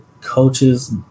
Coaches